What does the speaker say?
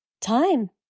time